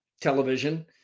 television